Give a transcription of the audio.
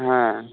হ্যাঁ